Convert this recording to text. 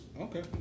okay